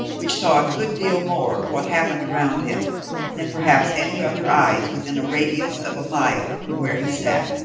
which saw a good deal more of what happened around him than perhaps any other eyes within a radius of a mile from where he sat.